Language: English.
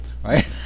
right